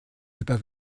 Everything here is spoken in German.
über